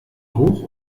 hoch